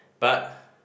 but